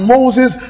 Moses